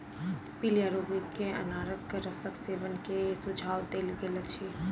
पीलिया रोगी के अनारक रसक सेवन के सुझाव देल गेल अछि